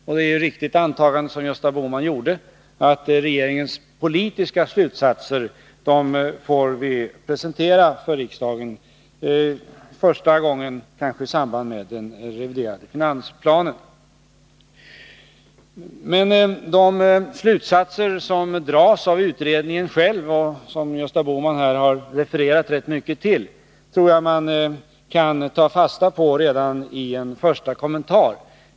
Det är ett riktigt antagande som Gösta Bohman gjorde, att regeringens politiska slutsatser får vi presentera för riksdagen första gången i samband med framläggandet av den reviderade finansplanen. Men de slutsatser som dras av utredningen själv och som Gösta Bohman här har refererat rätt mycket till tror jag man kan ta fasta på redan i en första kommentar.